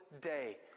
day